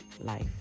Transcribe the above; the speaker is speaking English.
life